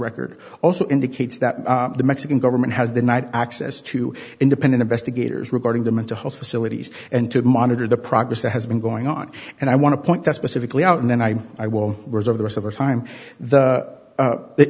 record also indicates that the mexican government has denied access to independent investigators regarding the mental health facilities and to monitor the progress that has been going on and i want to point that specifically out and then i i will reserve the rest of our time the